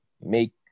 make